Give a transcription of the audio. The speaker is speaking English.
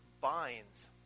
binds